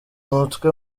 umutwe